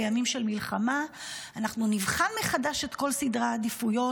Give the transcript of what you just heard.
בימים של מלחמה: אנחנו נבחן מחדש את כל סדרי העדיפויות.